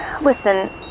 listen